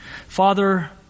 Father